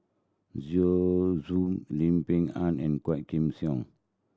Zhu Xu Lim Peng Han and Quah Kim Song